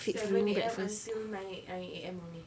seven A_M until nine A_M only